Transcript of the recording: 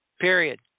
Period